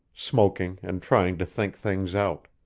smoking and trying to think things out.